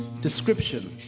Description